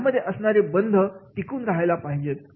यामध्ये असणारे बंध टिकून राहायला पाहिजेत